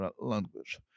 language